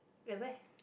ya where